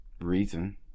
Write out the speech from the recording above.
reason